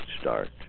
start